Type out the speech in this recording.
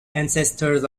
ancestors